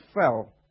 fell